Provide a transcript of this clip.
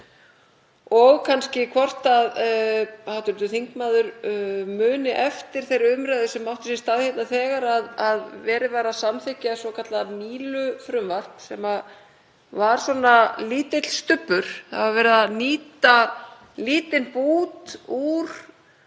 Kannski man hv. þingmaður eftir þeirri umræðu sem átti sér stað hérna þegar verið var að samþykkja svokallað Mílufrumvarp sem var svona lítill stubbur, það var verið að nýta lítinn bút úr